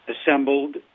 assembled